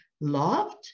loved